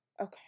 Okay